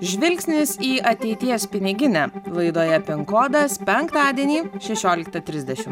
žvilgsnis į ateities piniginę laidoje pin kodas penktadienį šešioliktą trisdešimt